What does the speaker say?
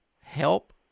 help